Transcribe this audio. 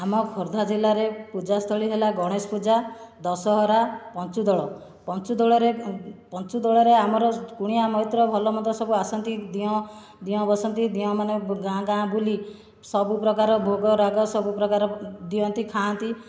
ଆମ ଖୋର୍ଦ୍ଧା ଜିଲ୍ଲାରେ ପୂଜାସ୍ଥଳୀ ହେଲା ଗଣେଶ ପୂଜା ଦଶହରା ପଞ୍ଚୁଦଳ ପଞ୍ଚୁଦୋଳରେ ପଞ୍ଚୁଦୋଳରେ ଆମର କୁଣିଆ ମୈତ୍ର ଭଲ ମନ୍ଦ ସବୁ ଆସନ୍ତି ଦିଅଁ ଦିଅଁ ବସନ୍ତି ଦିଅଁମାନେ ଗାଁ ଗାଁ ବୁଲି ସବୁପ୍ରକାର ଭୋଗ ରାଗ ସବୁପ୍ରକାର ଦିଅନ୍ତି ଖାଆନ୍ତି